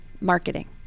marketing